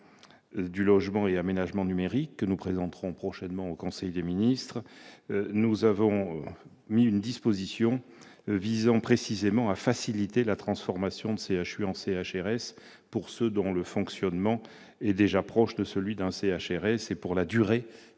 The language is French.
du logement et aménagement numérique, que nous présenterons prochainement en conseil des ministres, une disposition devrait précisément viser à faciliter la transformation d'un CHU en CHRS pour ceux dont le fonctionnement est déjà proche de celui d'un CHRS et pour la durée